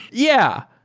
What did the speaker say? yeah.